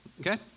Okay